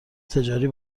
تجاری